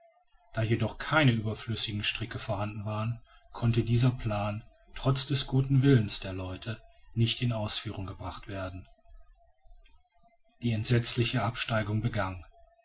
da jedoch keine überflüssigen stricke vorhanden waren konnte dieser plan trotz des guten willens der leute nicht in ausführung gebracht werden die entsetzliche absteigung begann